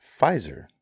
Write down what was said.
Pfizer